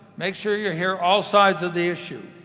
make sure you hear all sides of the issue.